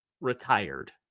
retired